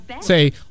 Say